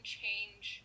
change